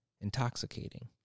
intoxicating